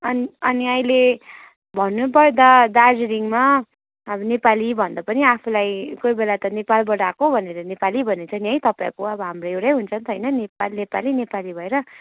अनि अनि अहिले भन्नुपर्दा दार्जिलिङमा अब नेपाली भन्दा पनि आफूलाई कोही बेला त नेपालबाट आएको भनेर नेपाली भनेर चाहिँ नि है तपाईँहरूको अब हाम्रो एउटै हुन्छ नि त होइन नेपाली नेपाली नेपाली भएर